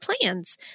plans